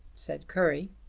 said currie.